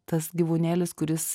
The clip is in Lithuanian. tas gyvūnėlis kuris